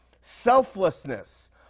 selflessness